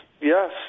yes